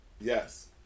yes